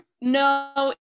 No